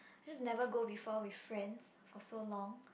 cause never go before with friends for so long